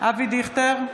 אבי דיכטר,